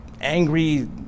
angry